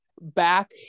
back